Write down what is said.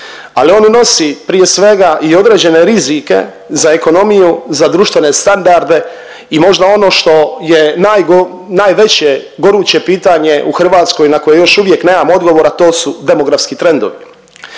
Ali on nosi prije svega i određene rizike za ekonomiju, za društvene standarde i možda ono što je najveće goruće pitanje u Hrvatskoj na koje još uvijek nemamo odgovor, a to su demografski trendovi.